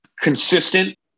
consistent